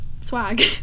Swag